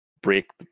break